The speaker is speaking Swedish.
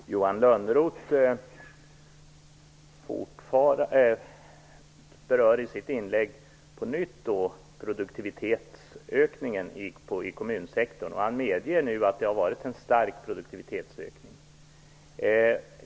Herr talman! Johan Lönnroth berörde på nytt i sitt inlägg produktivitetsökningen i kommunsektorn. Han medger nu att det har varit en stark produktivitetsökning.